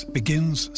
begins